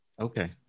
Okay